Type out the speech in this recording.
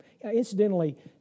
incidentally